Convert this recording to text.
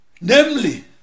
namely